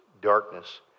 darkness